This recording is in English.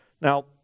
Now